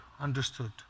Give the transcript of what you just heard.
understood